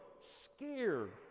scared